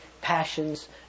passions